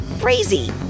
crazy